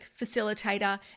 Facilitator